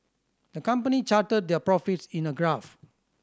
the company charted their profits in a graph